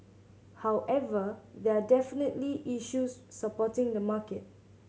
however there are definitely issues supporting the market